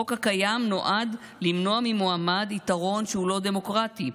החוק הקיים נועד למנוע ממועמד יתרון שהוא לא דמוקרטי,